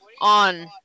on